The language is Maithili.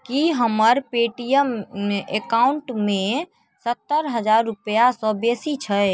की हमर पेटीएम एकॉउन्टमे सत्तर हजार रूपैआ सँ बेसी छै